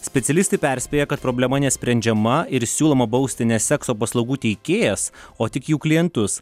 specialistė perspėja kad problema nesprendžiama ir siūloma bausti ne sekso paslaugų teikėjas o tik jų klientus